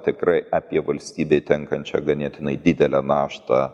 tikrai apie valstybei tenkančią ganėtinai didelę naštą